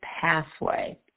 pathway